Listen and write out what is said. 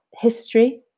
history